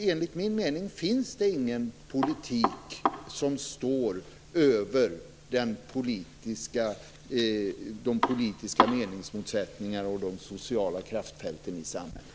Enligt min mening finns det ingen politik som står över de politiska meningsmotsättningarna och de sociala kraftfälten i samhället.